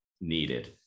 needed